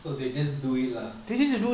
so they just do it lah